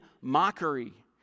mockery